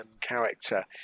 character